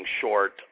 short